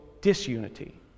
disunity